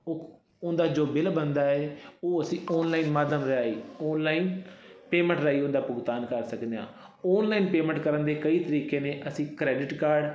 ਉਹ ਉਹਦਾ ਜੋ ਬਿਲ ਬਣਦਾ ਹੈ ਉਹ ਅਸੀਂ ਔਨਲਾਈਨ ਮਾਧਿਅਮ ਰਾਹੀਂ ਔਨਲਾਈਨ ਪੇਮੈਂਟ ਰਾਹੀਂ ਉਹਦਾ ਭੁਗਤਾਨ ਕਰ ਸਕਦੇ ਹਾਂ ਔਨਲਾਈਨ ਪੇਮੈਂਟ ਕਰਨ ਦੇ ਕਈ ਤਰੀਕੇ ਨੇ ਅਸੀਂ ਕ੍ਰੈਡਿਟ ਕਾਰਡ